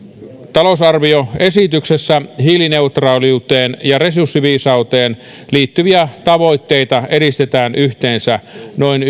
talousarvioesityksessä hiilineutraaliuteen ja resurssiviisauteen liittyviä tavoitteita edistetään yhteensä noin